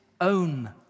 own